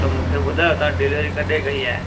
त मूंखे ॿुधायो तव्हां डीलीवरी कॾहिं कई आहे